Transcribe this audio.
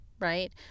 right